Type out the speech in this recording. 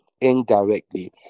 indirectly